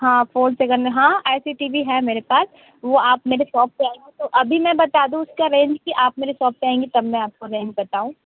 हाँ फ़ोन से करना हाँ ऐसी टी वी है मेरे पास वो आप मेरी सॉप पर आएंगे तो अभी मैं बता दूँ उसका रेंज कि आप मेरी सॉप पर आएंगी तब मैं आपको रेंज बताऊँ